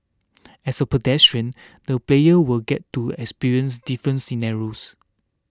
as a pedestrian the player will get to experience different scenarios